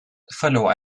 verlor